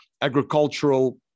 agricultural